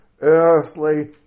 earthly